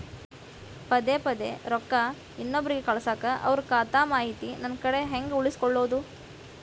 ಪದೆ ಪದೇ ರೊಕ್ಕ ಇನ್ನೊಬ್ರಿಗೆ ಕಳಸಾಕ್ ಅವರ ಖಾತಾ ಮಾಹಿತಿ ನನ್ನ ಕಡೆ ಹೆಂಗ್ ಉಳಿಸಿಕೊಳ್ಳೋದು?